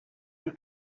you